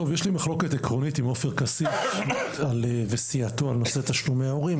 יש לי מחלוקת עקרונית עם עופר כסיף וסיעתו על נושא תשלומי ההורים,